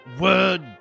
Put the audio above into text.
word